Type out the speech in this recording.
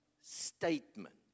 statement